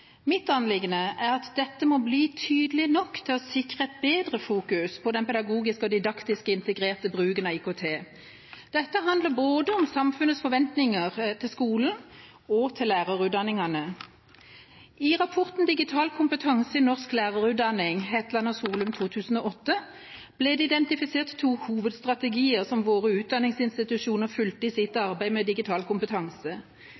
Mitt anliggende er at dette må bli tydelig nok til å sikre et bedre fokus på den pedagogiske og didaktisk integrerte bruken av IKT. Dette handler om samfunnets forventninger til både skolen og lærerutdanningene. I rapporten «Digital kompetanse i norsk lærerutdanning», av Per Hetland og Nils Henrik Solum, utgitt i 2008, ble det identifisert to hovedstrategier som våre utdanningsinstitusjoner fulgte i sitt arbeid med digital kompetanse.